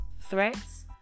threats